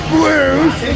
Blues